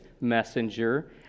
messenger